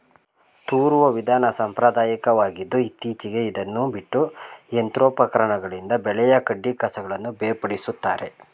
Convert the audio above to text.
ತೂರುವ ವಿಧಾನ ಸಾಂಪ್ರದಾಯಕವಾಗಿದ್ದು ಇತ್ತೀಚೆಗೆ ಇದನ್ನು ಬಿಟ್ಟು ಯಂತ್ರೋಪಕರಣಗಳಿಂದ ಬೆಳೆಯ ಕಸಕಡ್ಡಿಗಳನ್ನು ಬೇರ್ಪಡಿಸುತ್ತಾರೆ